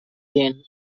then